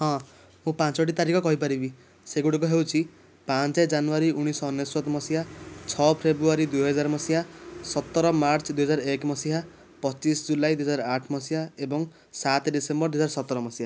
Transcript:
ହଁ ମୁଁ ପାଞ୍ଚଟି ତାରିଖ କହିପାରିବି ସେଗୁଡ଼ିକ ହେଉଛି ପାଞ୍ଚେ ଜାନୁଆରୀ ଉଣାଇଶ ଶହ ଅନେଶ୍ୱତ ମସିହା ଛଅ ଫେବୃଆରୀ ଦୁଇହଜାର ମସିହା ସତର ମାର୍ଚ୍ଚ ଦୁଇହଜାର ଏକ ମସିହା ପଚିଶ ଜୁଲାଇ ଦୁଇହଜାର ଆଠ ମସିହା ଏବଂ ସାତ ଡିସେମ୍ବର ଦୁଇହଜାର ସତର ମସିହା